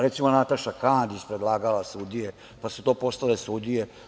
Recimo, Nataša Kandić je predlagala sudije, pa su to postale sudije.